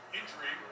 injury